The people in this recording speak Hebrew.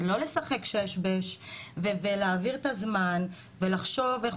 לא לשחק שש-בש ולהעביר את הזמן ולחשוב איך